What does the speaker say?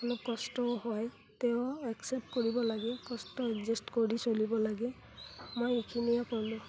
অলপ কষ্টও হয় তেওঁ একচেপ্ট কৰিব লাগে কষ্ট এডজাষ্ট কৰি চলিব লাগে মই এইখিনিয়ে ক'লোঁ